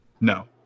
No